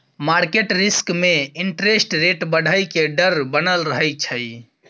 market risk में interest rate बढ़इ के डर बनल रहइ छइ